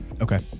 Okay